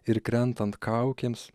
ir krentant kaukėms